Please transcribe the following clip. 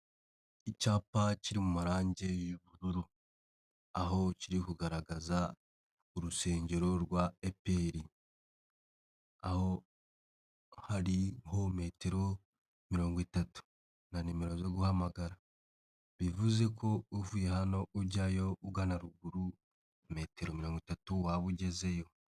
Icyapa kiri mu marange y'ubururu aho kiri kugaragaza urusengero rwa EPR, aho hariho metero mirongo itatu na nimero zo guhamagara, bivuze ko uvuye hano ujya yo ugana ruguru metero mirongo itatu waba ugezeyo.